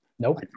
Nope